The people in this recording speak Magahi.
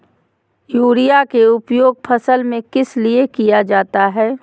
युरिया के उपयोग फसल में किस लिए किया जाता है?